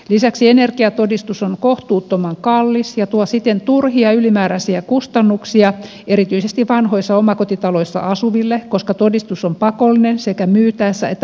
lisäksi energiatodistus on kohtuuttoman kallis ja tuo siten turhia ylimääräisiä kustannuksia erityisesti vanhoissa omakotitaloissa asuville koska todistus on pakollinen sekä myytäessä että vuokrattaessa